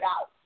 out